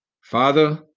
father